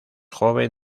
joven